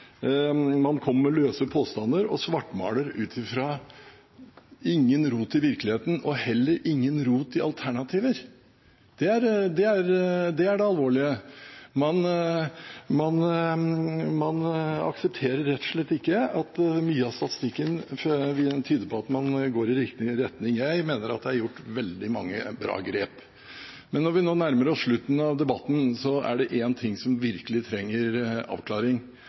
Man kommer med løse påstander og svartmaler ut fra ingen rot i virkeligheten og heller ingen rot i alternativer. Det er det alvorlige. Man aksepterer rett og slett ikke at mye av statistikken tyder på at man går i riktig retning. Jeg mener at det er gjort veldig mange bra grep. Men når vi nå nærmer oss slutten av debatten, er det én ting som virkelig trenger avklaring,